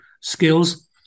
skills